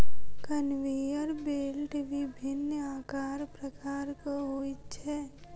conveyor belt विभिन्न आकार प्रकारक होइत छै